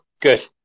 Good